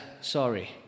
sorry